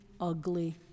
ugly